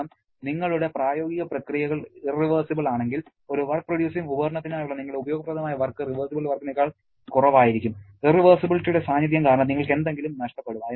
കാരണം നിങ്ങളുടെ പ്രായോഗിക പ്രക്രിയകൾ ഇറവെർസിബിൾ ആണെങ്കിൽ ഒരു വർക്ക് പ്രൊഡ്യൂസിങ് ഉപകരണത്തിനായുള്ള നിങ്ങളുടെ ഉപയോഗപ്രദമായ വർക്ക് റിവേഴ്സിബിൾ വർക്കിനെക്കാൾ കുറവായിരിക്കും ഇറവെർസിബിലിറ്റിയുടെ സാന്നിധ്യം കാരണം നിങ്ങൾക്ക് എന്തെങ്കിലും നഷ്ടപ്പെടും